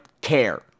care